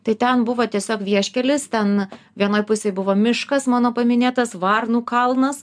tai ten buvo tiesiog vieškelis ten vienoj pusėj buvo miškas mano paminėtas varnų kalnas